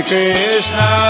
Krishna